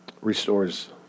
Restores